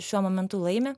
šiuo momentu laimi